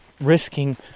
risking